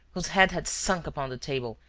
whose head had sunk upon the table,